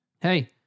Hey